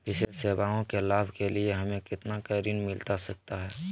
विशेष सेवाओं के लाभ के लिए हमें कितना का ऋण मिलता सकता है?